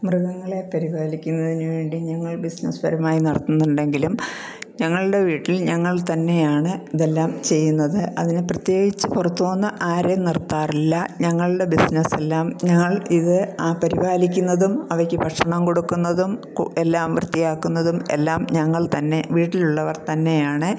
മൃഗങ്ങളെ പരിപാലിക്കുന്നതിന് വേണ്ടി ഞങ്ങൾ ബിസിനസ്സ് പരമായി നടത്തുന്നുണ്ടെങ്കിലും ഞങ്ങളുടെ വീട്ടിൽ ഞങ്ങൾ തന്നെയാണ് ഇതെല്ലാം ചെയ്യുന്നത് അതിന് പ്രത്യേകിച്ച് പുറത്തുനിന്ന് ആരെയും നിർത്താറില്ല ഞങ്ങളുടെ ബിസിനസ്സ് എല്ലാം ഞങ്ങൾ ഇത് പരിപാലിക്കുന്നതും അവയ്ക്ക് ഭക്ഷണം കൊടുക്കുന്നതും എല്ലാം വൃത്തിയാക്കുന്നതും എല്ലാം ഞങ്ങൾ തന്നെ വീട്ടിൽ ഉള്ളവർ തന്നെയാണ്